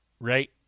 Right